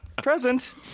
Present